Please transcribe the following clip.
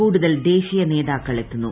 കൂടുതൽ ദേശീയ നേതാക്കൾ എത്തുന്നു